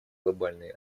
глобальные